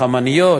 חמניות,